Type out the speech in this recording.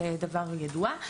זה דבר ידוע.